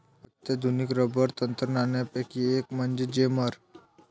अत्याधुनिक रबर तंत्रज्ञानापैकी एक म्हणजे जेमर